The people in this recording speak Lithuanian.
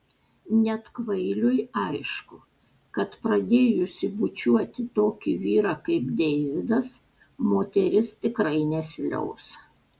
net kvailiui aišku kad pradėjusi bučiuoti tokį vyrą kaip deividas moteris tikrai nesiliaus